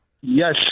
Yes